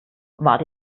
wart